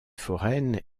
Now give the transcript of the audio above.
foraine